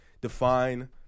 define